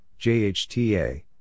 JHTA